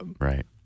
Right